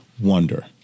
wonder